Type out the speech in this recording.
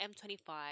M25